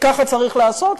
ככה צריך לעשות,